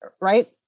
right